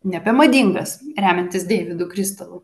nebemadingas remiantis deividu kristalu